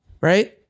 right